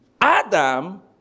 Adam